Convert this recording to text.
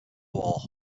war